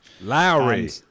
Lowry